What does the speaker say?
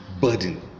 burden